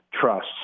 trusts